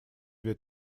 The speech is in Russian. две